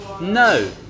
No